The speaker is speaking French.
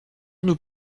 nous